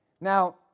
Now